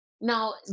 Now